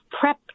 prep